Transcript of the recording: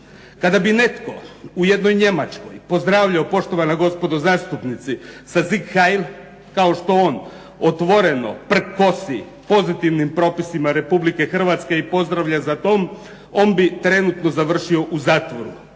Kada bi netko u jednoj Njemačkoj pozdravljao "Poštovana gospodo zastupnici" sa "Sieg hail!" kao što on otvoreno prkosi pozitivnim propisima Republike Hrvatske i pozdravlja "Za dom!" on bi trenutno završio u zatvoru.